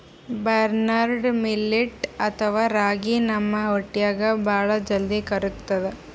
barnyard millet ಅಥವಾ ರಾಗಿ ನಮ್ ಹೊಟ್ಟ್ಯಾಗ್ ಭಾಳ್ ಜಲ್ದಿ ಕರ್ಗತದ್